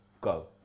Go